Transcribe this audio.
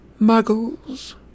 muggles